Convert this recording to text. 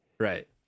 right